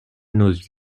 nos